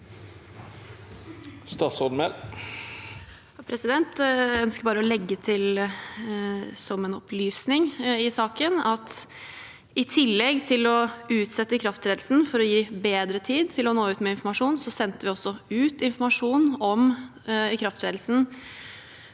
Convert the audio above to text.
Mehl Jeg ønsker bare å legge til som en opplysning i saken at vi i tillegg til å utsette ikrafttredelsen for å gi bedre tid til å nå ut med informasjon, også sendte ut informasjon om ikrafttredelsen